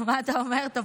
מה אתה אומר, טופורובסקי?